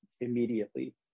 immediately